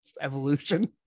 evolution